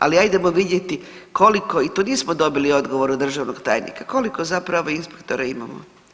Ali hajdemo vidjeti koliko i tu nismo dobili odgovor od državnog tajnika koliko zapravo inspektora imamo?